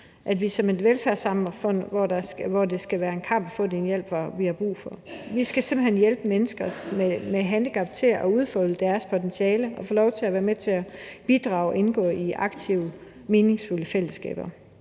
at det i et velfærdssamfund som vores skal være en kamp at få den hjælp, man har brug for. Vi skal simpelt hen hjælpe mennesker med handicap til at udfolde deres potentiale, så de får lov til at være med til at bidrage og indgå i aktive, meningsfulde fællesskaber.